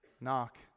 knock